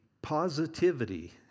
positivity